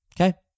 Okay